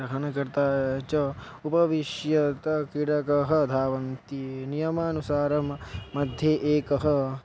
ग्रहणकर्ता च उपविश्य अतः क्रीडकाः धावन्ति नियमानुसारं मध्ये एकः